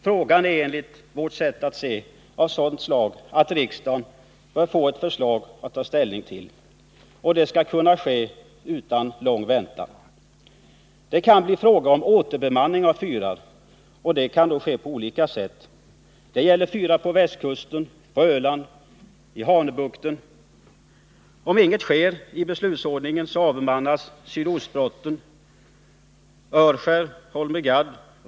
Frågan är enligt vårt sätt att se av sådant slag att riksdagen bör få ett förslag att ta ställning till, och det skall kunna ske utan lång väntan. Det kan bli fråga om återbemanning av fyrar, och den kan ordnas på olika sätt. Det gäller fyrar på västkusten, på Öland, i Hanöbukten. Om inget sker i beslutsordningen avbemannas Sydostbrotten, Örskär och Holmögadd.